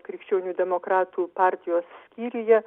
krikščionių demokratų partijos skyriuje